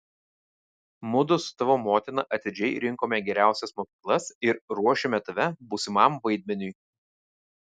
mudu su tavo motina atidžiai rinkome geriausias mokyklas ir ruošėme tave būsimam vaidmeniui